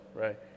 right